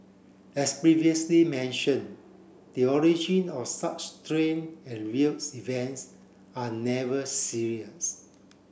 as previously mentioned the origin of such strange and weird events are never serious